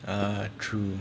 ah true